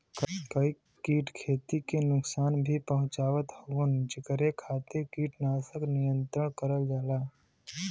कई कीट खेती के नुकसान भी पहुंचावत हउवन जेकरे खातिर कीटनाशक नियंत्रण करल जाला